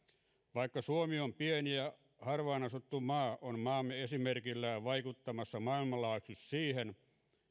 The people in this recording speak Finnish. vaikka suomi on pieni ja harvaan asuttu maa on maamme esimerkillään vaikuttamassa maailmanlaajuisesti siihen